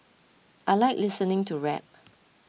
I like listening to rap